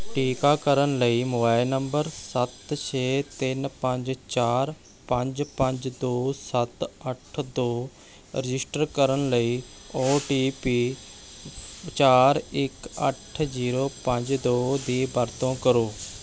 ਟੀਕਾਕਰਨ ਲਈ mobile number ਸੱਤ ਛੇ ਤਿੰਨ ਪੰਜ ਚਾਰ ਪੰਜ ਪੰਜ ਦੋ ਸੱਤ ਅੱਠ ਦੋ ਰਜਿਸਟਰ ਕਰਨ ਲਈ ਓ ਟੀ ਪੀ ਚਾਰ ਇੱਕ ਅੱਠ ਜ਼ੀਰੋ ਪੰਜ ਦੋ ਦੀ ਵਰਤੋਂ ਕਰੋ